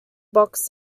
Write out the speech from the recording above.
box